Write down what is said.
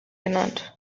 genannt